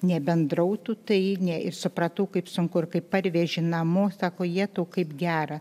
nebendrautų tai ne ir supratau kaip sunku ir kaip parveži namo sako jetau kaip gera